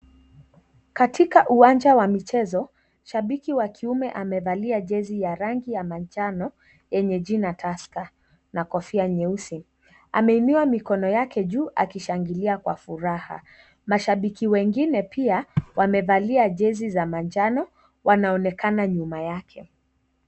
Katika uwanja wa michezo, shabiki wa kiume amevalia jezi ya rangi la manjano lenye jina Tusker na kofia nyeusi. Ameinua mikono yake juu akishangilia kwa furaha, mashabiki wengine pia wamevalia jezi za manjano wanaonekana nyuma yake.